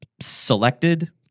selected